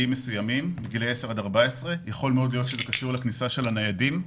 10 עד 14. יכול להיות שזה קשור לכניסה של הניידים.